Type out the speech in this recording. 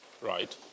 Right